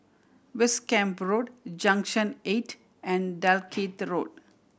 West Camp Road Junction Eight and Dalkeith Road